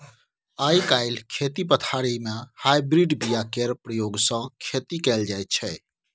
आइ काल्हि खेती पथारी मे हाइब्रिड बीया केर प्रयोग सँ खेती कएल जाइत छै